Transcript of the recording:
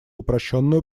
упрощенную